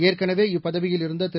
ஏற்கனவே இப்பதவியில் இருந்த திரு